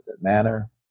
manner